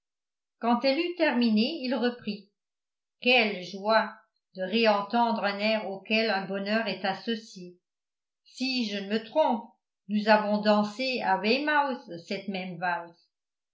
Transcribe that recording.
quand elle eut terminé il reprit quelle joie de réentendre un air auquel un bonheur est associé si je ne me trompe nous avons dansé à weymouth cette même valse